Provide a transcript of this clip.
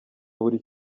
buri